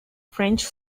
french